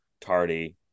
tardy